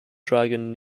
dragon